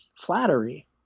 flattery